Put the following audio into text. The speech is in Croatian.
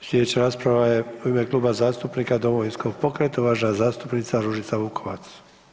Slijedeća rasprava je u ime Kluba zastupnika Domovinskog pokreta, uvažena zastupnica Ružica Vukovac.